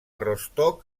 rostock